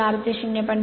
4 ते 0